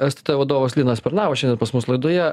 stt vadovas linas pernavas šiandien pas mus laidoje